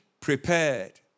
prepared